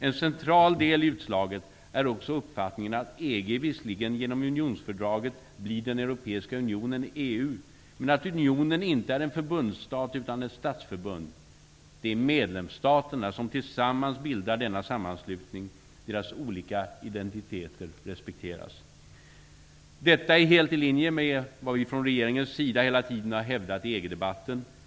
En central del i utslaget är också uppfattningen att EG visserligen genom unionsfördraget blir den europeiska unionen EU, men att unionen inte är en förbundsstat utan ett statsförbund. Det är medlemsstaterna som tillsammans bildar denna sammanslutning. Deras olika identiteter respekteras. Detta är helt i linje med vad vi från regeringens sida hela tiden har hävdat i EG-debatten.